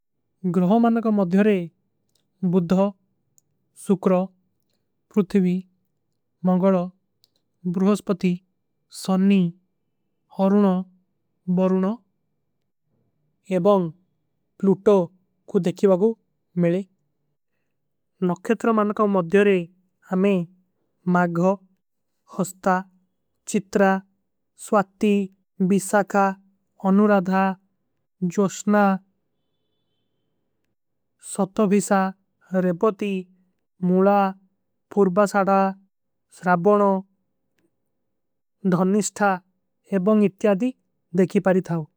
ଗ୍ରହ ମାନକ ମଦ୍ଯରେ ବୁଦ୍ଧ, ସୁକ୍ର, ପୁରୁଥିଵୀ, ମଂଗଲ, ବୁରୁହସ୍ପତି। ସନ୍ନୀ, ଅରୁନ, ବରୁନ, ଏବଂଗ ପ୍ଲୂଟୋ କୋ ଦେଖିଵାଗୂ ମିଲେ ନକ୍ଯତ୍ର। ମାନକ ମଦ୍ଯରେ ହମେଂ ମାଗ ହସ୍ତା, ଚିତ୍ରା, ସ୍ଵାଦ୍ଧୀ, ଵିଶାକା, ଅନୁରାଧା। ଜୋଷ୍ଣା, ସତ୍ଵିଶା, ରେପତୀ, ମୁଲା, ପୁର୍ବାସାଡା। ସ୍ରାବନୋ ଧନିଷ୍ଠା ଏବଂଗ ଇତ୍ଯାଦୀ ଦେଖୀ ପାରୀ ଥାଓ।